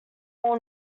all